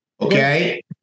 okay